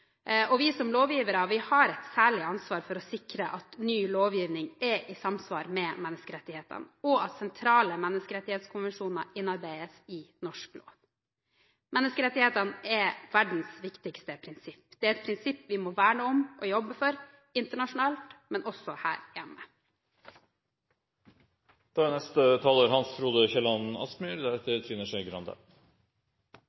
Vi som lovgivere har et særlig ansvar for å sikre at ny lovgivning er i samsvar med menneskerettighetene, og at sentrale menneskerettskonvensjoner innarbeides i norsk lov. Menneskerettighetene er verdens viktigste prinsipp. Det er et prinsipp vi må verne om og jobbe for, internasjonalt og også her